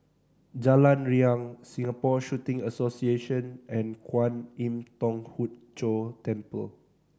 Jalan Riang Singapore Shooting Association and Kwan Im Thong Hood Cho Temple